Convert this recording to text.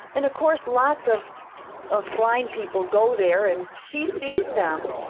and of course lots of of blind people go there, and she sees them.